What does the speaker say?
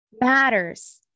matters